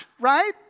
right